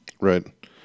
Right